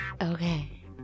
Okay